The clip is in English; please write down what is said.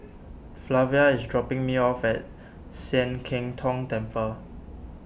Flavia is dropping me off at Sian Keng Tong Temple